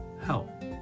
help